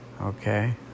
okay